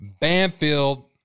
Banfield